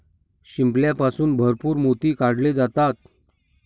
शिंपल्यापासून भरपूर मोती काढले जातात